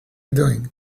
doing